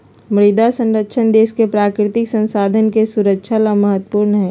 मृदा संरक्षण देश के प्राकृतिक संसाधन के सुरक्षा ला महत्वपूर्ण हई